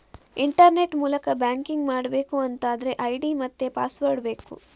internet ಮೂಲಕ banking ಮಾಡ್ಬೇಕು ಅಂತಾದ್ರೆ ಐಡಿ ಮತ್ತೆ ಪಾಸ್ವರ್ಡ್ ಬೇಕು